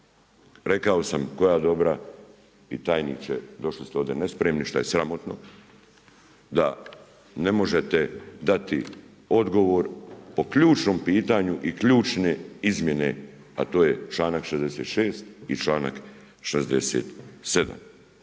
Rekao sam koja dobra, i tajniče došli ste ovdje nespremni što je sramotno da ne možete dati odgovor po ključnom pitanju i ključne izmjene a to je članak 66. i članak 67.